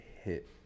hit